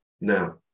Now